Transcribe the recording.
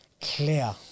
clear